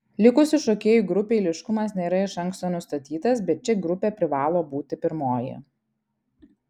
likusių šokėjų grupių eiliškumas nėra iš anksto nustatytas bet ši grupė privalo būti pirmoji